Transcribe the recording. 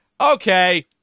Okay